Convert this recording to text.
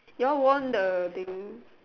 you all won the thing